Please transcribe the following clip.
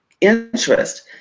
interest